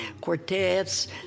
quartets